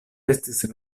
estis